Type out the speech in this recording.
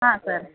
ಹಾಂ ಸರ್